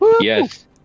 Yes